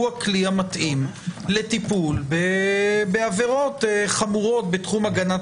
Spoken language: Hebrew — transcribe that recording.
הוא הכלי המתאים לטיפול בעבירות חמורות בתחום הגנת